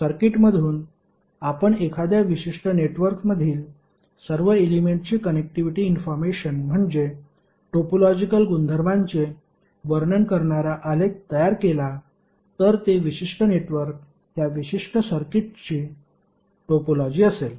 तर सर्किटमधून आपण एखाद्या विशिष्ट नेटवर्कमधील सर्व एलेमेंट्सची कनेक्टिव्हिटी इन्फॉर्मेशन म्हणजे टोपोलॉजिकल गुणधर्मांचे वर्णन करणारा आलेख तयार केला तर ते विशिष्ट नेटवर्क त्या विशिष्ट सर्किटची टोपोलॉजी असेल